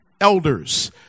elders